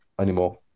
anymore